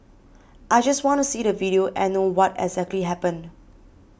I just want to see the video and know what exactly happened